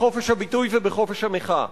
בחופש הביטוי ובחופש המחאה.